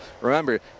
remember